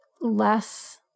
less